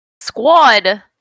Squad